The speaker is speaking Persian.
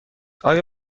آیا